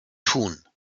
tun